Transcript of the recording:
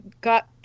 got